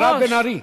מירב בן ארי,